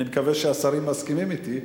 אני מקווה שהשרים מסכימים אתי,